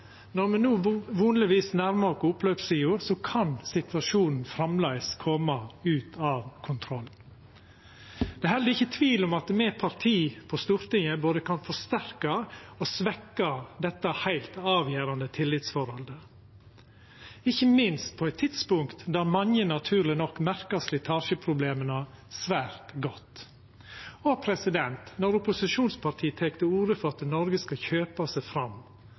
Når me no forhåpentlegvis nærmar oss oppløpssida, kan situasjonen framleis koma ut av kontroll. Det er heller ikkje tvil om at partia på Stortinget kan både forsterka og svekkja dette heilt avgjerande tillitsforholdet, ikkje minst på eit tidspunkt då mange naturleg nok merkar slitasjeproblema svært godt. Når opposisjonsparti tek til orde for at Noreg skal kjøpa seg fram,